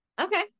Okay